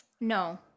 No